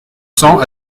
cents